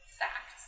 facts